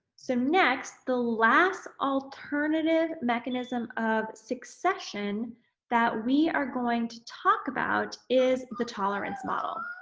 so next. the last alternative mechanism of succession that we are going to talk about is the tolerance model.